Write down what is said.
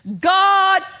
God